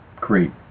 great